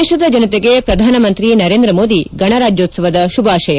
ದೇತದ ಜನತೆಗೆ ಪ್ರಧಾನಮಂತ್ರಿ ನರೇಂದ್ರ ಮೋದಿ ಗಣರಾಜ್ಯೋತ್ಸವದ ಶುಭಾಶಯ